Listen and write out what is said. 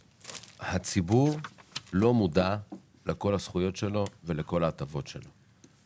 הציבור לא מודע לכל הזכויות שלו ולכל ההטבות שלו.